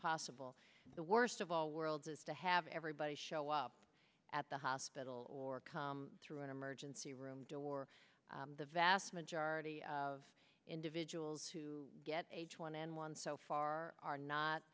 possible the worst of all worlds is to have everybody show up at the hospital or come through an emergency room door the vast majority of individuals who get age one and one so far are